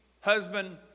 husband